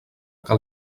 que